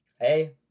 hey